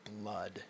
blood